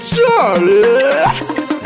Charlie